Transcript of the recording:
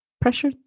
pressure